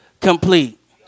complete